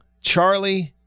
Charlie